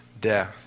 death